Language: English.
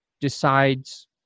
decides